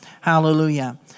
hallelujah